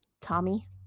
Tommy